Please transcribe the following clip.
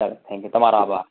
ચાલો થેન્ક્યુ તમારો આભાર